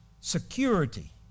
security